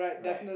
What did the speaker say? right